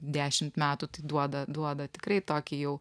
dešimt metų tai duoda duoda tikrai tokį jau